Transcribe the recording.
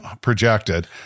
projected